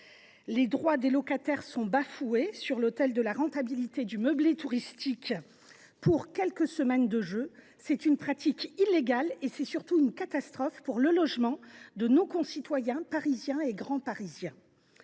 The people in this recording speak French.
Les droits des locataires sont bafoués, sacrifiés sur l’autel de la rentabilité du meublé touristique pour les quelques semaines des Jeux. C’est une pratique illégale et c’est surtout une catastrophe pour le logement de nos concitoyens parisiens ou grands parisiens.